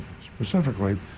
Specifically